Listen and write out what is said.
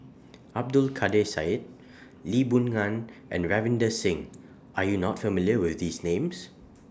Abdul Kadir Syed Lee Boon Ngan and Ravinder Singh Are YOU not familiar with These Names